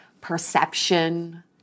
perception